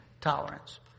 Tolerance